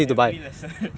every lesson